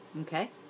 Okay